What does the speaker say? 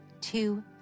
two